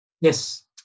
yes